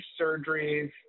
surgeries